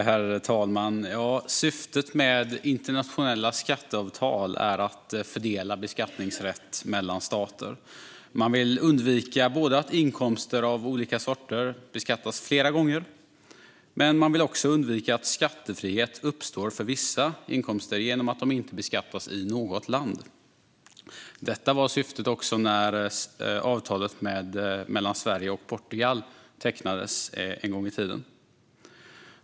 Herr talman! Syftet med internationella skatteavtal är att fördela beskattningsrätt mellan stater. Man vill undvika att inkomster av olika sorter beskattas flera gånger men också att skattefrihet uppstår för vissa inkomster genom att de inte beskattas i något land. Detta var syftet också när avtalet mellan Sverige och Portugal tecknades en gång i tiden.